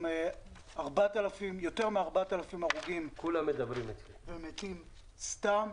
עם יותר מ-4,000 הרוגים ומתים סתם.